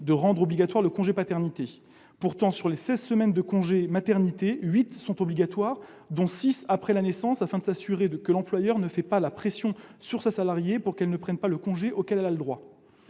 de rendre obligatoire le congé de paternité. Pourtant, sur les seize semaines de congé de maternité, huit sont obligatoires, dont six après la naissance, afin de s'assurer que l'employeur ne fait pas pression sur sa salariée pour qu'elle ne prenne pas le congé auquel elle a droit.